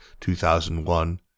2001